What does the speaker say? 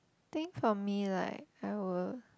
I think for me like I will